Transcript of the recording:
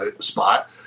spot